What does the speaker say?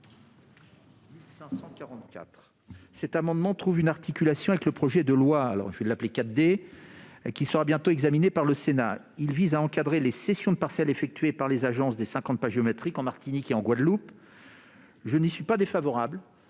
de cet amendement trouve une articulation avec le projet de loi 3DS, qui sera bientôt examiné par le Sénat. Il s'agit d'encadrer les cessions de parcelles effectuées par les agences des cinquante pas géométriques en Martinique et en Guadeloupe. Je n'y suis pas défavorable